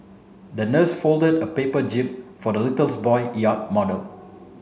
the nurse folded a paper jib for the little boy yacht model